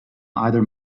either